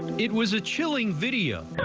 it was a chilling video